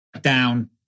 down